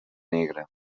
negra